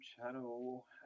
channel